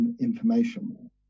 information